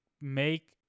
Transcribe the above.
make